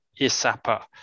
ISAPA